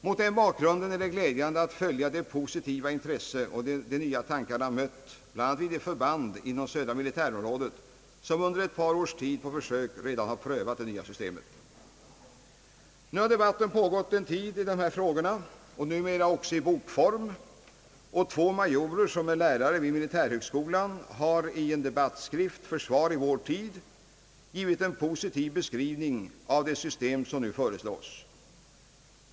Mot den bakgrunden är det glädjande att följa det positiva intresse de nya tankarna mött bl.a. vid de förband inom södra militärområdet, som under ett par års tid på försök redan har prövat det nya systemet. Debatten har pågått en tid i dessa frågor — numera också i bokform. De två majorer som är lärare vid militärhögskolan har i debattskriften »Försvar i vår tid» givit en positiv beskrivning av det system som nu föreslås.